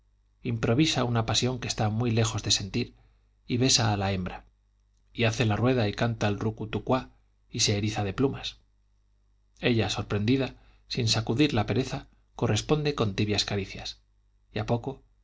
improvisa una pasión que está muy lejos de sentir y besa a la hembra y hace la rueda y canta el rucutucua y se eriza de plumas ella sorprendida sin sacudir la pereza corresponde con tibias caricias y a poco